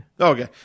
Okay